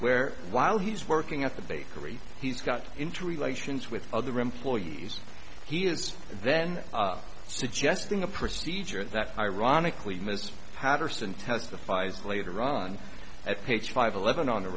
where while he's working at the bakery he's got into relations with other employees he is then suggesting a procedure that ironically mr patterson testifies later run at page five eleven on t